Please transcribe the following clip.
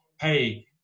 Hey